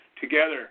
together